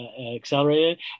accelerated